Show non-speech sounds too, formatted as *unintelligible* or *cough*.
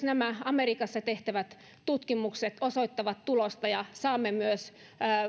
*unintelligible* nämä amerikassa tehtävät tutkimukset osoittavat tulosta ja saamme myös